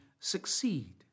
Succeed